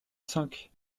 cinq